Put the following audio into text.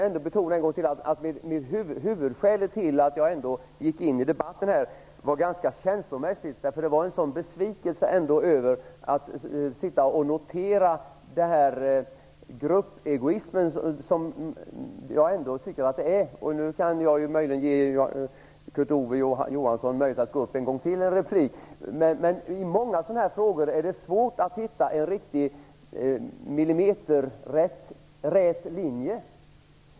Men huvudskälet till att jag gick in i debatten var känslomässigt - jag kände en sådan besvikelse över att behöva notera den gruppegoism som jag ändå tycker att det är uttryck för. Jag säger detta trots att det möjligen ger Kurt Ove Johansson möjlighet att nu gå upp i replik en gång till. I många sådana här frågor är det svårt att hitta en millimeterrät linje.